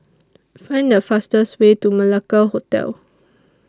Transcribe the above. Find The fastest Way to Malacca Hotel